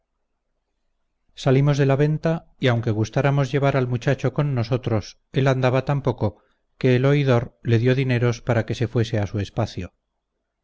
salimos de la venta y aunque gustáramos llevar al muchacho con nosotros él andaba tan poco que el oidor le dio dineros para que se fuese a su espacio